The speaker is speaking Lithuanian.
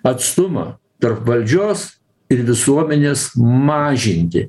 atstumą tarp valdžios ir visuomenės mažinti